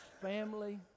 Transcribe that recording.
family